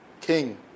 King